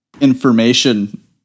information